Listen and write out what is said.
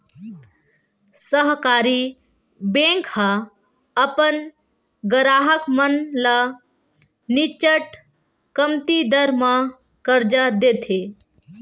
सहकारी बेंक ह अपन गराहक मन ल निच्चट कमती दर म करजा देथे